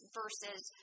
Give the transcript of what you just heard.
versus